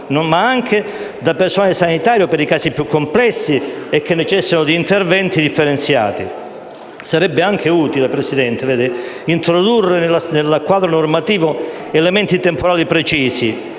da parte di personale sanitario per i casi più complessi che necessitano di interventi differenziati. Sarebbe anche utile, signora Presidente, introdurre nel quadro normativo elementi temporali precisi,